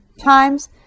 times